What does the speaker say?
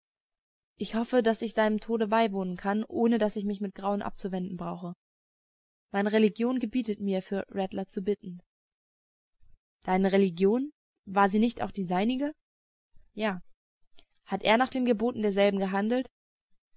ich hoffe daß ich seinem tode beiwohnen kann ohne daß ich mich mit grauen abzuwenden brauche meine religion gebietet mir für rattler zu bitten deine religion war sie nicht auch die seinige ja hat er nach den geboten derselben gehandelt